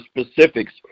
specifics